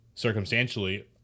circumstantially